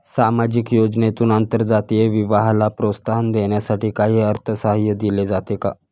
सामाजिक योजनेतून आंतरजातीय विवाहाला प्रोत्साहन देण्यासाठी काही अर्थसहाय्य दिले जाते का?